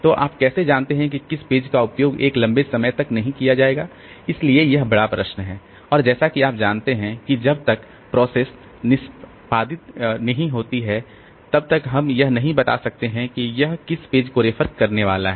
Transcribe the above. तो आप कैसे जानते हैं कि किस पेज का उपयोग एक लंबे समय तक नहीं किया जाएगा इसलिए यह बड़ा प्रश्न है और जैसा कि आप जानते हैं कि जब तक प्रोसेस निष्पादित नहीं होती है तब तक हम यह नहीं बता सकते हैं कि यह किस पेज को रेफर करने वाला है